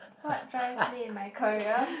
what drives me in my career